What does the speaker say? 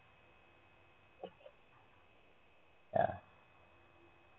yeah